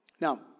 Now